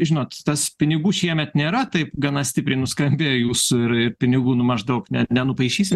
žinot tas pinigų šiemet nėra taip gana stipriai nuskambėjo jūsų ir pinigų maždaug net nenupaišysi